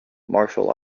martial